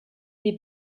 est